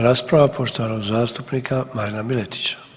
rasprava poštovanog zastupnika Marina Miletića.